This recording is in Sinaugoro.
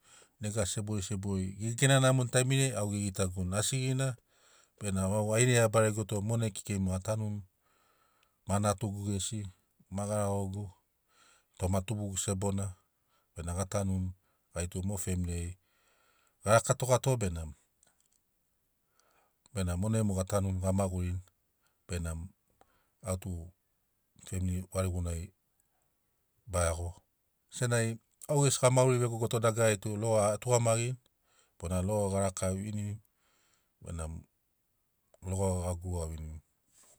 Nega sebori sebori ge gena namoni taimiriai au ge gitaguni asigina benamo au ainai a baregoto monai kekei mo a tanuni ma natugu gesi ma ma garagogu toma tubugu sebona benamo ga tanuni gait u mo femili ai ga rakatogato benamo monai mo ga tanuni ga magurini benamo au tu femili varigunai ba iago senagi au ges ga maguri vegogoto dagarari tu logo a tugamarini bona logo gar aka vevinini benamo logo ga guruga vevinini